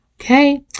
okay